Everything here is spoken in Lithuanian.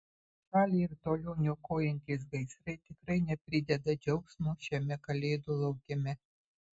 šalį ir toliau niokojantys gaisrai tikrai neprideda džiaugsmo šiame kalėdų laukime